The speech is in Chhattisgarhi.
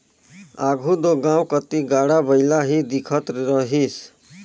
आघु दो गाँव कती गाड़ा बइला ही दिखत रहिस